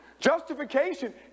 Justification